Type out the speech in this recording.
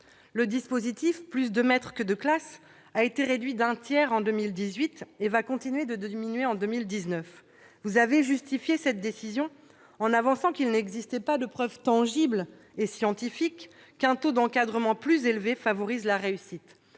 Le dispositif « Plus de maîtres que de classes » a été réduit d'un tiers en 2018 et va continuer à diminuer en 2019. Vous avez justifié cette décision en avançant qu'il n'existait pas de preuves tangibles et scientifiques qu'un taux d'encadrement plus élevé favorisait la réussite.